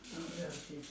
cannot hear a thing